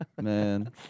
man